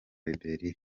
liberia